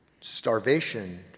starvation